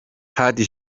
hadi